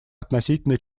относительно